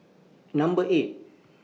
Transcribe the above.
Number eight